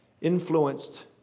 influenced